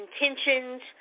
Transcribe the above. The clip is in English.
intentions